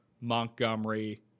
montgomery